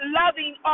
loving